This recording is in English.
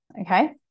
okay